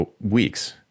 weeks